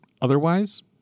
Otherwise